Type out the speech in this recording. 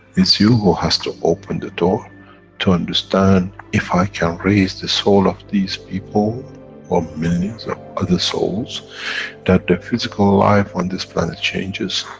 it's you who has to open the door to understand, if i can raise the soul of these people or millions of other souls that the physical life on this planet changes,